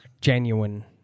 genuine